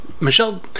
Michelle